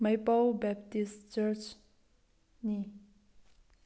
ꯃꯩꯄꯧ Baptist ꯆꯔꯁꯅꯤ